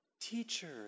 Teacher